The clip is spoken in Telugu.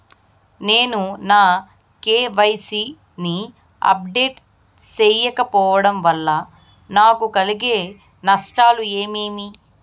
నేను నా కె.వై.సి ని అప్డేట్ సేయకపోవడం వల్ల నాకు కలిగే నష్టాలు ఏమేమీ?